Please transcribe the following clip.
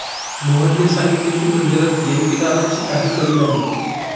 मोहनने सांगितले की, मंदिरात देणगीदारांची काही कमी नाही